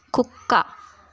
కుక్క